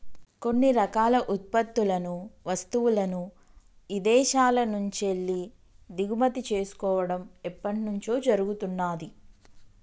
కొన్ని రకాల ఉత్పత్తులను, వస్తువులను ఇదేశాల నుంచెల్లి దిగుమతి చేసుకోడం ఎప్పట్నుంచో జరుగుతున్నాది